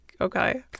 Okay